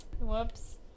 Whoops